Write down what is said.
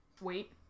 Wait